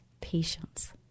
patience